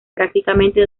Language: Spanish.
prácticamente